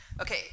Okay